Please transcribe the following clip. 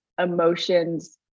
emotions